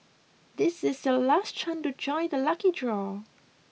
this is your last chance to join the lucky draw